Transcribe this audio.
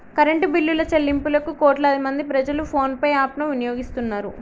current బిల్లుల చెల్లింపులకు కోట్లాది మంది ప్రజలు ఫోన్ పే యాప్ ను వినియోగిస్తున్నరు